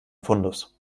fundus